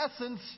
essence